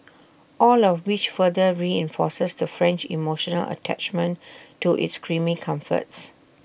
all of which further reinforces the French emotional attachment to its creamy comforts